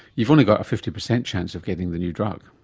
you've only got a fifty percent chance of getting the new drug.